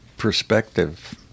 perspective